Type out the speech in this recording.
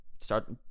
Start